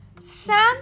Sam